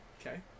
Okay